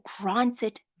granted